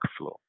workflow